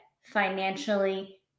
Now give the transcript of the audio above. financially